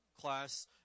class